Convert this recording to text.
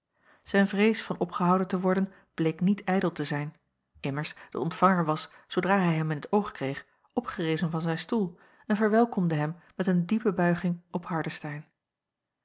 zijn vrees van opgehouden te worden bleek niet ijdel te zijn immers de ontvanger was zoodra hij hem jacob van ennep laasje evenster in t oog kreeg opgerezen van zijn stoel en verwelkomde hem met een diepe buiging op